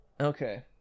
Okay